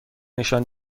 نشان